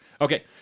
Okay